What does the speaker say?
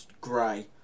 Gray